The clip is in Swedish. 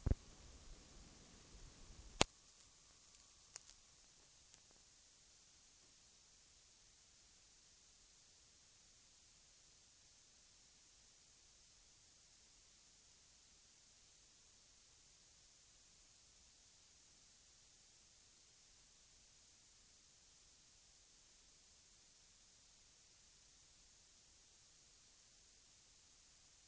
Jag hoppas emellertid att så är fallet — om inte, finns det anledning återkomma i ärendet. Herr talman! Jag har inget yrkande i denna